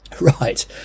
Right